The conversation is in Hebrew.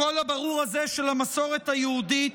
הקול הברור הזה של המסורת היהודית